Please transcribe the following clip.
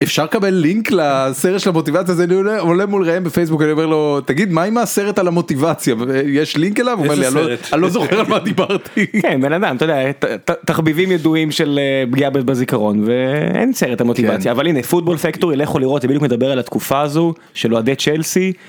אפשר לקבל לינק לסרט של המוטיבציה זה עולה מול ראם בפייסבוק אני אומר לו תגיד מה עם הסרט על המוטיבציה ויש לינק אליו אני לא זוכר על מה דיברתי תחביבים ידועים של פגיעה בזיכרון ואין סרט המוטיבציה אבל הנה פוטבול פקטור ילכו לראות אם מדבר על התקופה הזו שלו אוהדי צ'לסי.